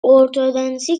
ارتدنسی